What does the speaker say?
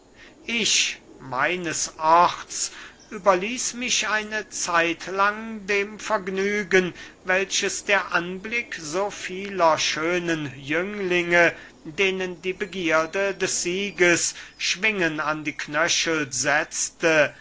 ich meines orts überließ mich eine zeitlang dem vergnügen welches der anblick so vieler schönen jünglinge denen die begierde des sieges schwingen an die knöchel setzte